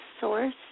source